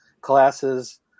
classes